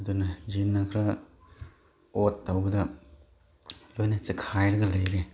ꯑꯗꯨꯅ ꯌꯦꯟꯅ ꯈꯔ ꯑꯣꯠ ꯇꯧꯕꯗ ꯂꯣꯏꯅ ꯆꯦꯛꯈꯥꯏꯔꯒ ꯂꯩꯔꯦ